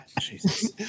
Jesus